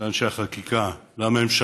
של אנשי החקיקה, של הממשלה,